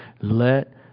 let